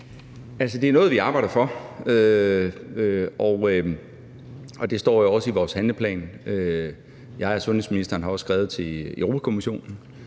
det er noget, vi arbejder for, og det står jo også i vores handlingsplan. Jeg og sundhedsministeren har også skrevet til Europa-Kommissionen